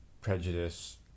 prejudice